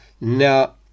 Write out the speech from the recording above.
Now